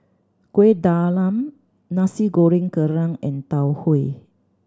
Kueh Talam Nasi Goreng Kerang and Tau Huay